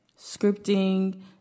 Scripting